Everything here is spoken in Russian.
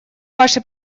ваше